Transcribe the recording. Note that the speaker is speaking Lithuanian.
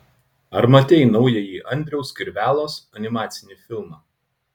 ar matei naująjį andriaus kirvelos animacinį filmą